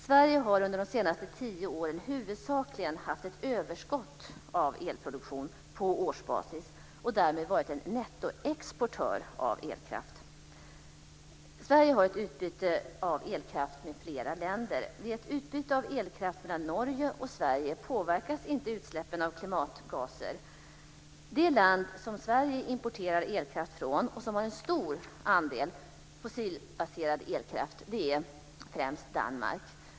Sverige har under de senaste tio åren huvudsakligen haft ett överskott av elproduktion på årsbasis och därmed varit en nettoexportör av elkraft. Sverige har ett utbyte av elkraft med flera länder. Vid ett utbyte av elkraft mellan Norge och Sverige påverkas inte utsläppen av klimatgaser. Det land som Sverige importerar elkraft från och som har en stor andel fossilbaserad elkraft är främst Danmark.